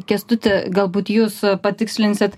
kęstuti galbūt jūs patikslinsit